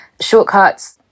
Shortcuts